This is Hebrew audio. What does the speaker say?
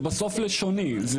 זה בסוף לשוני.